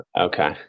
Okay